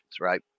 right